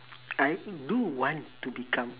I do want to become